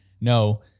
No